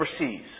overseas